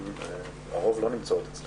הרוב לא נמצאות אצלכם.